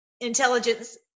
intelligence